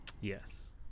Yes